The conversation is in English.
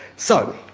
so,